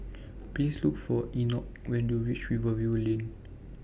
Please Look For Enoch when YOU REACH Rivervale Lane